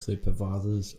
supervisors